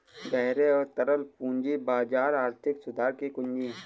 गहरे और तरल पूंजी बाजार आर्थिक सुधार की कुंजी हैं,